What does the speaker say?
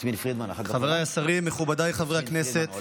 חבריי השרים, מכובדיי חברי הכנסת,